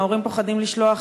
ההורים פוחדים לשלוח.